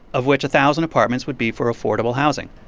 of which a thousand apartments would be for affordable housing.